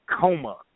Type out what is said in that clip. coma